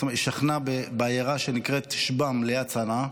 משפחת מישרקי שכנה בעיירה שנקראת שיבאם ליד צנעא.